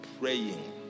Praying